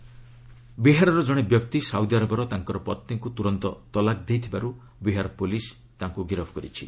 ତଲାକ arrest ବିହାରର ଜଣେ ବ୍ୟକ୍ତି ସାଉଦିଆରବର ତା'ର ପତ୍ନୀଙ୍କୁ ତୁରନ୍ତ ତଲାକ ଦେଇଥିବାରୁ ବିହାର ପୁଲିସ ତାକୁ ଗିରଫ କରିଛି